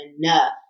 enough